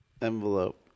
envelope